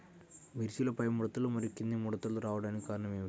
మిర్చిలో పైముడతలు మరియు క్రింది ముడతలు రావడానికి కారణం ఏమిటి?